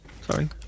Sorry